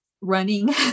running